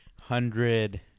hundred